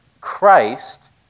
Christ